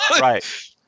right